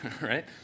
right